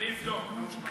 אני אבדוק.